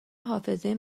حافظه